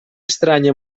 estranya